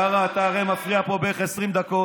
קארה, אתה הרי מפריע פה בערך 20 דקות.